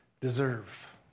deserve